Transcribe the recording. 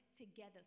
together